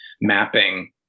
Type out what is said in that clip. mapping